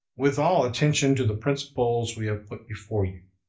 with all attention to the principles we have put before you.